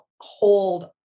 hold